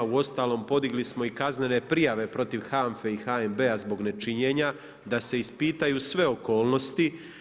Uostalom podigli smo i kaznene prijave protiv HANFA-e i HNB-a zbog nečinjenja, da se ispitaju sve okolnosti.